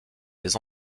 les